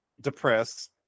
depressed